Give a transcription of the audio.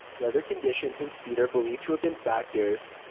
weather conditions and speed are believed to have been factors.